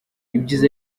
ibyiza